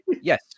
Yes